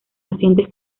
pacientes